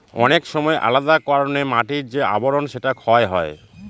অনেক সময় আলাদা কারনে মাটির যে আবরন সেটা ক্ষয় হয়